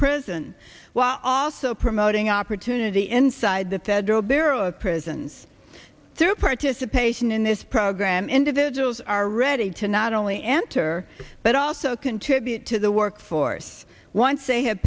prison was also promoting opportunity inside the federal bureau of prisons to participation in this program individual are ready to not only enter but also contribute to the workforce once they have